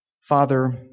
Father